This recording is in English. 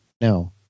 no